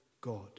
God